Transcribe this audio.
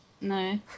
No